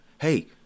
hey